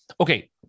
Okay